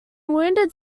wounded